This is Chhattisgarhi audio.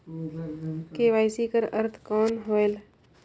के.वाई.सी कर अर्थ कौन होएल?